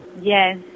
Yes